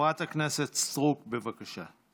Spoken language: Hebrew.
חברת הכנסת סטרוק, בבקשה.